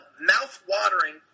mouth-watering